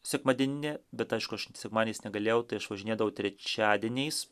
sekmadieninė bet aišku aš sekmadieniais negalėjau tai aš važinėdavau trečiadieniais